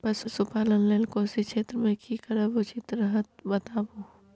पशुपालन लेल कोशी क्षेत्र मे की करब उचित रहत बताबू?